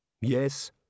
Yes